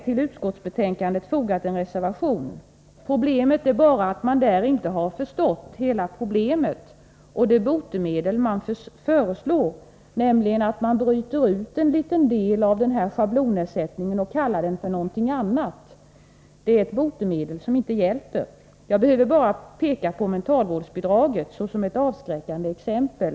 till utskottsbetänkandet fogat en reservation. Emellertid har de inte förstått hela problemet, och det som föreslås i reservationen, nämligen att man bryter ut en liten del av schablonersättningen och kallar den för någonting annat, är ett botemedel som inte hjälper. Jag behöver bara peka på mentalvårdsbidraget såsom ett avskräckande exempel.